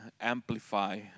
Amplify